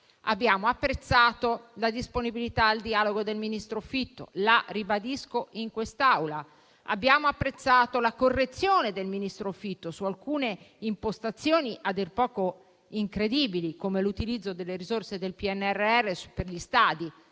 abbiamo apprezzato la disponibilità al dialogo del ministro Fitto, che ribadisco in quest'Aula. Abbiamo apprezzato la correzione del ministro Fitto su alcune impostazioni a dir poco incredibili, come l'utilizzo delle risorse del PNRR per gli stadi,